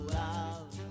love